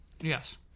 Yes